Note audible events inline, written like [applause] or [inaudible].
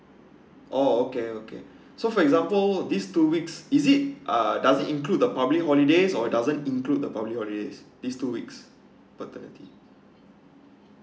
oh okay okay [breath] so for example this two weeks is it uh does it include the public holidays or doesn't include the public holidays this two weeks paternity leave